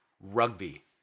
rugby